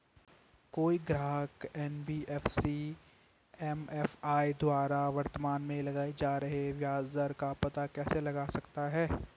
कोई ग्राहक NBFC MFI द्वारा वर्तमान में लगाए जा रहे ब्याज दर का पता कैसे लगा सकता है?